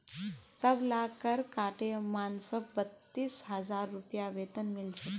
सबला कर काटे मानसक बत्तीस हजार रूपए वेतन मिल छेक